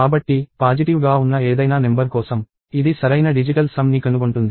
కాబట్టి పాజిటివ్ గా ఉన్న ఏదైనా నెంబర్ కోసం ఇది సరైన డిజిటల్ సమ్ ని కనుగొంటుంది